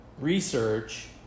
research